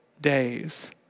days